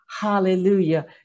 hallelujah